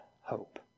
hope